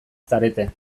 zarete